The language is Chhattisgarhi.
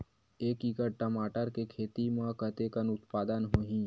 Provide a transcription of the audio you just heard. एक एकड़ टमाटर के खेती म कतेकन उत्पादन होही?